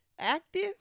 Active